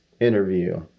interview